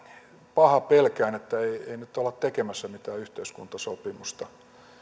pahaa pelkään että nyt ei olla tekemässä mitään yhteiskuntasopimusta